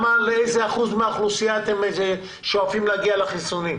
לאיזה אחוז מהאוכלוסייה אתם שואפים להגיע בחיסונים?